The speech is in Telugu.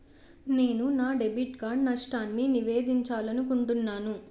నేను నా డెబిట్ కార్డ్ నష్టాన్ని నివేదించాలనుకుంటున్నాను